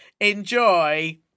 Enjoy